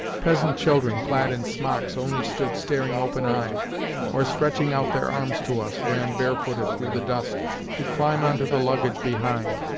peasant children clad in smocks only stood staring open-eyed or, stretching out their arms to us, ran barefooted through the dust to climb on to the luggage behind,